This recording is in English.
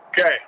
Okay